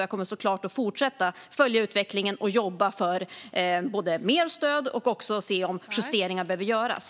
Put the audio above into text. Jag kommer såklart att fortsätta att följa utvecklingen och jobba för mer stöd och också se om justeringar behöver göras.